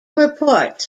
reports